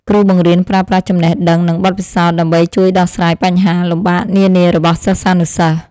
គ្រូបង្រៀនប្រើប្រាស់ចំណេះដឹងនិងបទពិសោធន៍ដើម្បីជួយដោះស្រាយបញ្ហាលំបាកនានារបស់សិស្សានុសិស្ស។